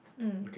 mm